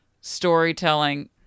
storytelling